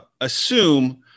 assume